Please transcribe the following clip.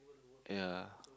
ya